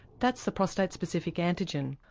that's the prostate specific antigen,